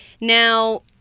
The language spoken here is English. now